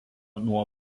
nuo